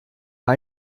bei